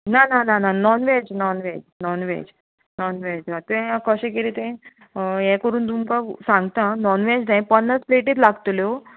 ना ना ना ना नॉनवेज नॉनवेज नॉनवेज नॉनवेज तें कशें कितें तें हें करून तुमकां सांगतां आं नॉनवेज पन्नास प्लेटी लागतल्यो